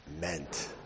meant